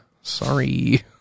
Sorry